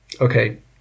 Okay